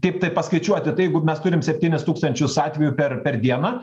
kaip tai paskaičiuoti tai jeigu mes turim septynis tūkstančius atvejų per per dieną